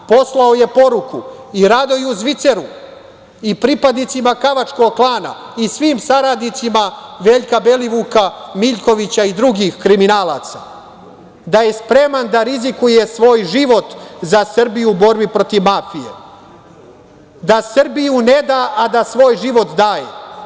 Poslao je poruku i Radoju Zviceru i pripadnicima kavačkog klana i svim saradnicima Veljka Belivuka, Miljkovića i drugih kriminalaca, da je spreman da rizikuje svoj život za Srbiju u borbi protiv mafije, da Srbiju ne da, a da svoj život daje.